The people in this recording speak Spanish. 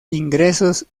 ingresos